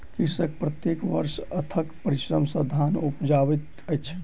कृषक प्रत्येक वर्ष अथक परिश्रम सॅ धान उपजाबैत अछि